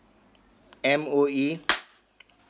M_O_E